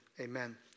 amen